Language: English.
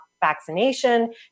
vaccination